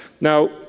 now